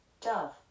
dove